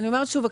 אני אומרת שוב,